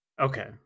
Okay